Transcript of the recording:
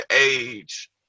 age